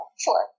Sure